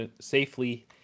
safely